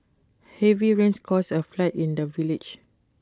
heavy rains caused A flood in the village